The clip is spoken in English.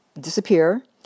disappear